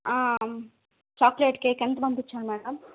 chocolate cake ఎంత పంపించాలి madam